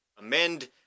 amend